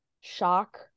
shock